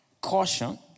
caution